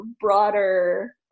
broader